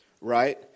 right